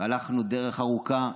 והלכנו דרך ארוכה.